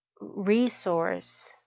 resource